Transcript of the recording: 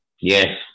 Yes